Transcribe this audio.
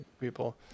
people